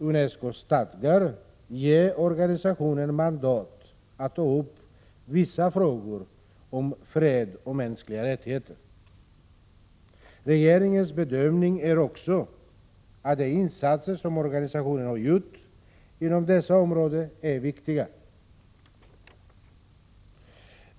UNESCO:s stadgar ger organisationen mandat att ta upp vissa frågor om fred och mänskliga rättigheter. Regeringens bedömning är också att de insatser som organisationen har gjort inom dessa områden är viktiga.